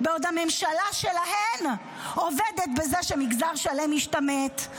בעוד הממשלה שלהן עובדת בזה שמגזר שלם משתמט,